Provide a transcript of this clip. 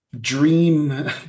dream